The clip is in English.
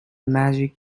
magic